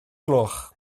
gloch